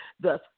thus